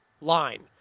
line